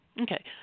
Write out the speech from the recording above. Okay